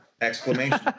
exclamation